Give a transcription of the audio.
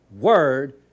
Word